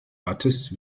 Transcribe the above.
artist